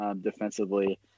defensively